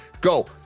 Go